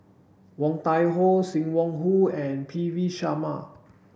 Woon Tai Ho Sim Wong Hoo and P V Sharma